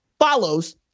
follows